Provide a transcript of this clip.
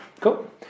Cool